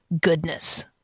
goodness